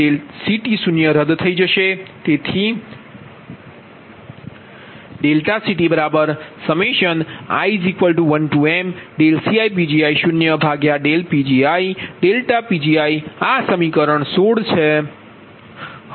જેથી CT0 રદ થઈ જશે તેથી ∆CTi1mCiPgi0Pgi∆Pgiઆ સમીકરણ 16 છે